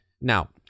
now